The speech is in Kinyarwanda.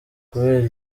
kubera